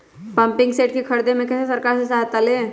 Pumping set के ख़रीदे मे कैसे सरकार से सहायता ले?